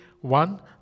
one